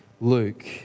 Luke